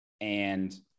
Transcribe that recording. and-